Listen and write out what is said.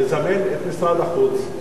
לזמן את משרד החוץ,